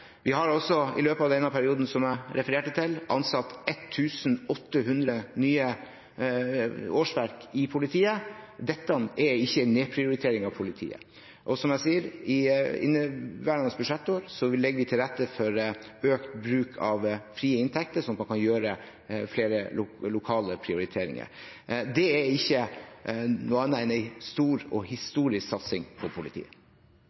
Vi har altså i løpet av denne perioden, som jeg refererte til, fått 1 800 nye årsverk i politiet. Dette er ikke en nedprioritering av politiet. Og som jeg sier: I inneværende budsjettår legger vi til rette for økt bruk av frie inntekter slik at man kan gjøre flere lokale prioriteringer. Det er ikke noe annet enn en stor og historisk satsing på politiet.